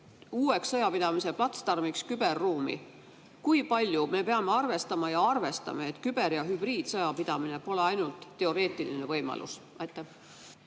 uueks sõjapidamise platsdarmiks küberruumi. Kui palju me peame arvestama ja arvestame, et küber‑ ja hübriidsõja pidamine pole ainult teoreetiline võimalus?